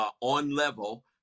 on-level